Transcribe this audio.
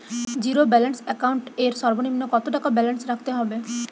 Zero balance account এর সর্বনিম্ন কত টাকা ব্যালেন্স রাখতে হবে?